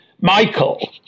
Michael